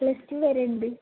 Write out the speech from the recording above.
plus two വരെയുണ്ട്